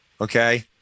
okay